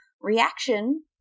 reaction